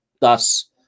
Thus